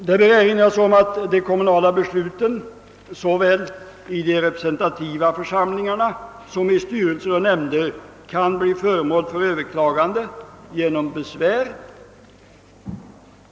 Det bör erinras om att de kommunala besluten, såväl i de representativa församlingarna som i styrelser och nämnder, kan bli föremål för överklagande genom besvär.